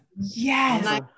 yes